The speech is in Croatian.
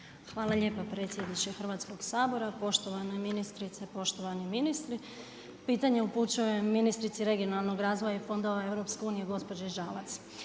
Hvala lijepo predsjedniče Hrvatskog sabora, poštovane ministrice, poštovani ministri. Pitanje upućujem ministrici regionalnog razvoja i fondova EU-a, gospođi Žalac.